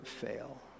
fail